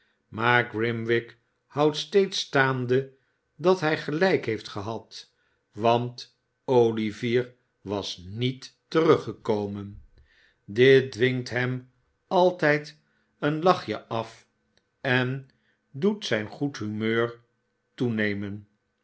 maar grimwig houdt steeds staande dat hiji gelijk heeft gehad want olivier was niet teruggekomen dit dwingt hem altijd een lachje af en doet zijn goed humeur toenemen